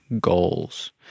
goals